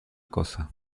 cosa